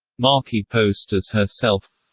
markie post as herself